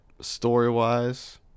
story-wise